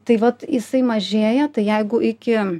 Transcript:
tai vat jisai mažėja tai jeigu iki